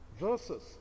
versus